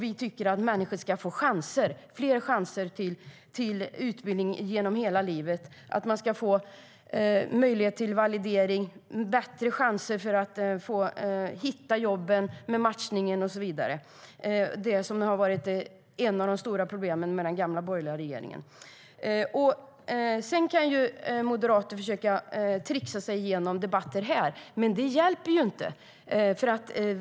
Vi tycker att människor ska få fler chanser till utbildning genom hela livet. Det ska finnas möjlighet till validering, och man ska ha bättre chanser att hitta jobb med matchning och så vidare, vilket var ett av de stora problemen under den gamla borgerliga regeringen. Sedan kan ju moderater tricksa sig igenom debatter här, men det hjälper ju inte.